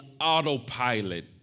autopilot